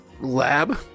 lab